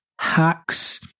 hacks